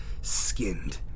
skinned